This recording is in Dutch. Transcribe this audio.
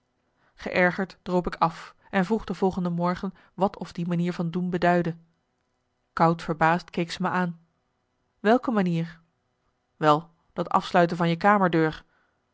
geërgerd droop ik af en vroeg de volgende morgen wat of die manier van doen beduidde koud verbaasd keek ze me aan welke manier wel dat afsluiten van je